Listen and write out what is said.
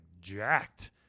jacked